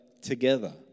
together